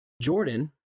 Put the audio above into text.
Jordan